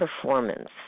performance